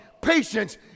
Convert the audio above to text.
patience